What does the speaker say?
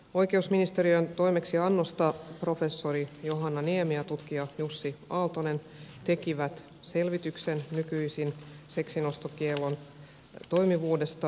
oikeusministeriön toimeksiannosta professori johanna niemi ja tutkija jussi aaltonen tekivät selvityksen nykyisen seksinostokiellon toimivuudesta